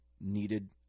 needed